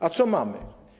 A co mamy?